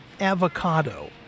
Avocado